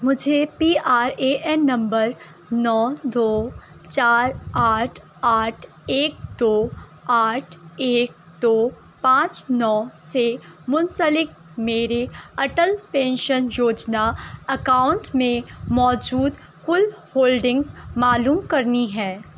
مجھے P R A N number نو دو چار آٹھ آٹھ ایک دو آٹھ ایک دو پانچ نو سے منسلک میرے اٹل پینشن یوجنا اکاؤنٹ میں موجود کل ہولڈنگز معلوم کرنی ہیں